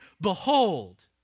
Behold